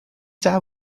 that